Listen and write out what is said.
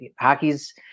hockey's